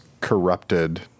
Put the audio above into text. corrupted